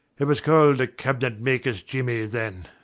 it was called a cabinetmaker's jimmy then.